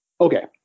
Okay